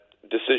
decision